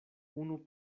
unu